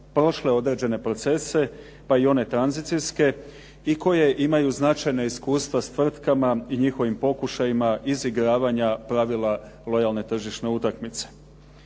prošle određene procese, pa i one tranzicijske i koje imaju značajna iskustva s tvrtkama i njihovim pokušajima izigravanja pravila lojalne tržišne utakmice.